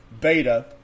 beta